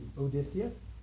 Odysseus